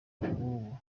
b’ubu